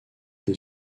des